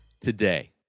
today